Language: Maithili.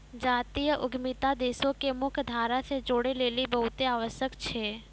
जातीय उद्यमिता देशो के मुख्य धारा से जोड़ै लेली बहुते आवश्यक छै